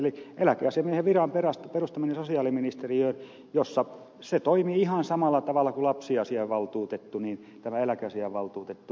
eli eläkeasiamiehen viran perustaminen sosiaaliministeriöön jossa se toimii ihan samalla tavalla kuin lapsiasiainvaltuutettu niin tämä eläkeasiainvaltuutettu kokonaisuutena